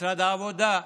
משרד העבודה,